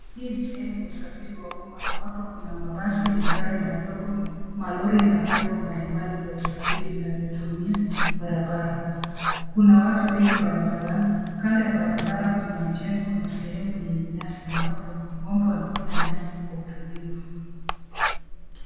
Hii ni sehemu ya usafiri wa umma ambapo kuna mabasi, magari madogo, malori na vyombo mbalimbali vya usafiri vinavyotumia barabara, kuna watua wengi barabarani, kando ya barabara kuna mjengo na sehemu yenye nyasi ambapo ng'ombe wanakula nyasi kwa utulivu.